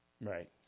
Right